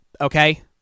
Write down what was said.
Okay